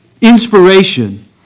inspiration